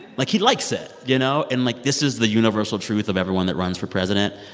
like, he likes it, you know? and, like, this is the universal truth of everyone that runs for president.